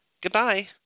Goodbye